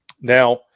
Now